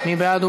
מי בעד?